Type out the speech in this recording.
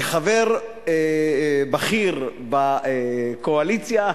כחבר בכיר בקואליציה,